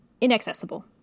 inaccessible